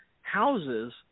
houses